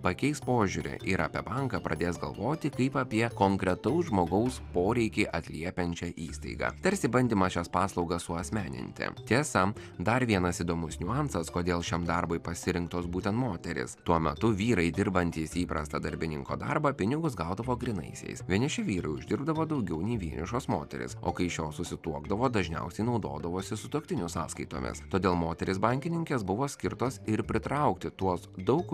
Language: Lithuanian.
pakeis požiūrį ir apie banką pradės galvoti kaip apie konkretaus žmogaus poreikį atliepiančią įstaigą tarsi bandymas šią paslaugą suasmenintiems tiesa dar vienas įdomus niuansas kodėl šiam darbui pasirinktos būtent moterys tuo metu vyrai dirbantys įprastą darbininko darbą pinigus gaudavo grynaisiais vieniši vyrai uždirbdavo daugiau nei vienišos moterys o kai šios susituokdavo dažniausiai naudodavosi sutuoktinio sąskaitomis todėl moterys bankininkės buvo skirtos ir pritraukti tuos daug